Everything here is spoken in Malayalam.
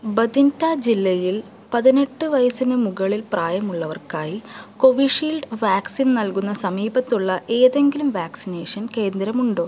ബതിൻഡ ജില്ലയിൽ പതിനെട്ട് വയസ്സിന് മുകളിൽ പ്രായമുള്ളവർക്കായി കോവിഷീൽഡ് വാക്സിൻ നൽകുന്ന സമീപത്തുള്ള ഏതെങ്കിലും വാക്സിനേഷൻ കേന്ദ്രമുണ്ടോ